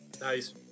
Nice